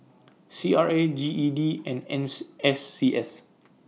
C R A G E D and Ns S C S